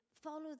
follow